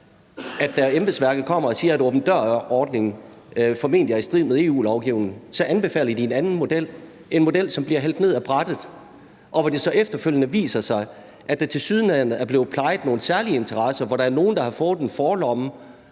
at da embedsværket kommer og siger, at åben dør-ordningen formentlig er i strid med EU-lovgivningen, så anbefaler de en anden model, en model, som bliver hældt ned ad brættet, og hvor det så efterfølgende viser sig, at der tilsyneladende er blevet plejet nogle særlige interesser, hvor der er nogle, der har fået en forlomme,